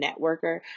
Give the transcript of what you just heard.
networker